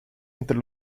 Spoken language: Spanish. entre